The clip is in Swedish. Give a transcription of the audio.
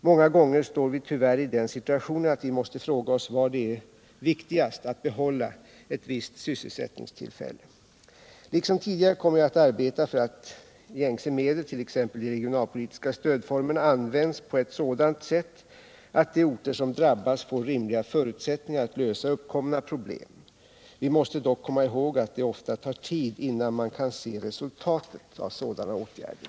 Många gånger står vi tyvärr i den situationen att vi måste fråga oss var det är viktigast att behålla ett visst sysselsättningstillfälle. Liksom tidigare kommer jag att arbeta för att gängse medel, t.ex. de regionalpolitiska stödformerna, används på ett sådant sätt att de orter som drabbas får rimliga förutsättningar att lösa uppkomna problem. Vi måste dock komma ihåg att det ofta tar tid innan man kan se resultaten av sådana åtgärder.